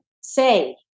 say